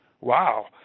Wow